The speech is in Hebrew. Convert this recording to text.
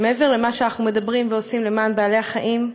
מעבר למה שאנחנו מדברים ועושים למען בעלי-החיים,